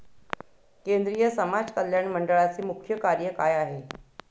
केंद्रिय समाज कल्याण मंडळाचे मुख्य कार्य काय आहे?